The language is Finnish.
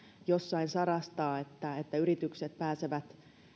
jossain sarastaa yritykset pääsevät